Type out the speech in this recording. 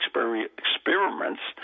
experiments